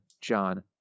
John